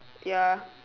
ya